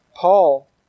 Paul